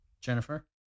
Jennifer